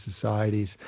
societies